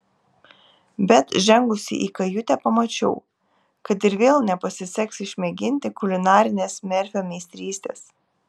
bet žengusi į kajutę pamačiau kad ir vėl nepasiseks išmėginti kulinarinės merfio meistrystės